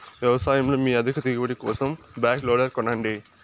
వ్యవసాయంలో మీ అధిక దిగుబడి కోసం బ్యాక్ లోడర్ కొనండి